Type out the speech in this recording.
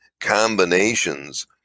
combinations